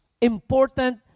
important